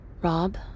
Rob